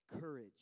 courage